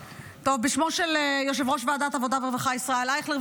בשמו של יושב-ראש ועדת עבודה ורווחה ישראל אייכלר,